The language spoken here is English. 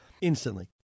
instantly